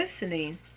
listening